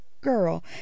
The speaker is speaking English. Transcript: girl